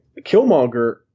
Killmonger